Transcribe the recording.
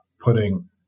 putting